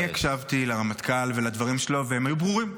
אני הקשבתי לרמטכ"ל ולדברים שלו והם היו ברורים: